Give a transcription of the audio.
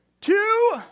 two